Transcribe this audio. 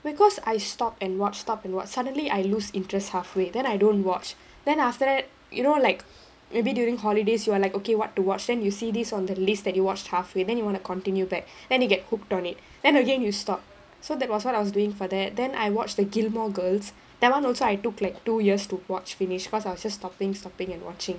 because I stopped and watch stopped and watch suddenly I lose interest halfway then I don't watch then after that you know like maybe during holidays you are like okay what to watch then you see this on the list that you watched halfway then you want to continue back then you get hooked on it then again you stop so that was what I was doing for that then I watched the gilmore girls that one also I took like two years to watch finish because I was just stopping stopping and watching